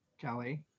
kelly